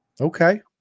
Okay